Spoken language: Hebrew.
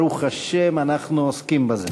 ברוך השם אנחנו עוסקים בזה.